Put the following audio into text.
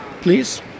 please